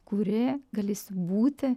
kūri galėsi būti